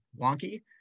wonky